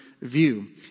view